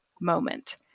moment